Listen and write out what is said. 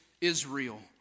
Israel